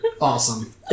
awesome